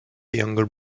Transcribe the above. younger